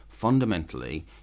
Fundamentally